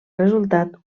resultat